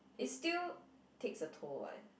is still takes a toll [what]